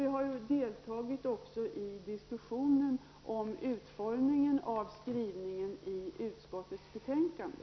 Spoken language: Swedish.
Vi har även deltagit i diskussionen om utformningen av skrivningen i utskottets betänkande.